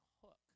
hook